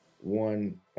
One